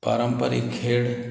पारंपारीक खेळ